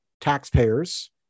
taxpayers